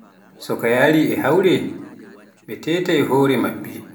So kaa yaari e hawre ɓe tetaai hore maɓɓe.